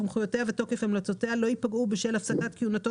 סמכויותיה ותוקף הלצותיה לא ייפגעו בשל הפסקת כהונתו